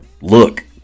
look